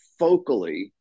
focally